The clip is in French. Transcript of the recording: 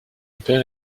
père